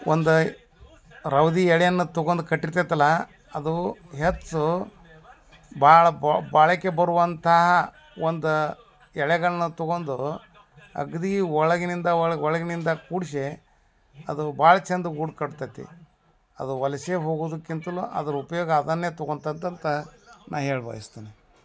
ಒಂದು ರವದಿ ಎಳೆಯನ್ನು ತೊಗಂಡ್ ಕಟ್ಟಿರ್ತೈತ್ತಲ್ವ ಅದು ಹೆಚ್ಚು ಭಾಳ ಬೊ ಬಾಳಿಕೆ ಬರುವಂತಹ ಒಂದು ಎಳೆಗಳನ್ನ ತೊಗೊಂಡು ಅಗದೀ ಒಳಗಿನಿಂದ ಒಳಗೆ ಒಳಗಿನಿಂದ ಕೂಡಿಸಿ ಅದು ಭಾಳ ಚೆಂದ ಗೂಡು ಕಟ್ತತಿ ಅದು ವಲಸೆ ಹೋಗೋದಕ್ಕಿಂತಲು ಅದ್ರ ಉಪಯೋಗ ಅದನ್ನೇ ತೊಗೊಂಡ್ ಅಂತ ನಾನು ಹೇಳ ಬಯಸ್ತೇನೆ